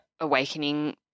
awakening